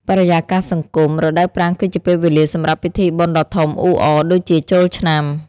បរិយាកាសសង្គម រដូវប្រាំងគឺជាពេលវេលាសម្រាប់ពិធីបុណ្យដ៏ធំអ៊ូអរដូចជាចូលឆ្នាំ។